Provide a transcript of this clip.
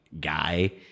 guy